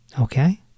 Okay